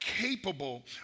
capable